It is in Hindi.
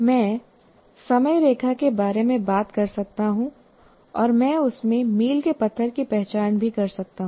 मैं समयरेखा के बारे में बात कर सकता हूँ और मैं उसमें मील के पत्थर की पहचान भी कर सकता हूं